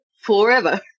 forever